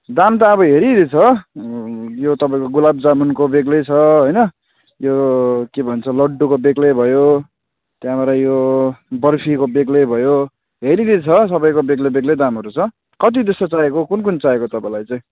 दाम त अब हेरि हेरि छ यो तपाईँको गुलाबजामुनको बेग्लै छ होइन यो के भन्छ लड्डुको बेग्लै भयो त्यहाँबाट यो बर्फीको बेग्लै भयो हेरि हेरि छ सबैको बेग्लै बेग्लै दामहरू छ कति जस्तो चाहिएको कुन कुन चाहिएको तपाईँलाई चाहिँ